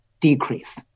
decrease